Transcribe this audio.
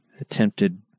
attempted